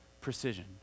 precision